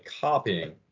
copying